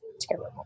terrible